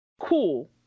Cool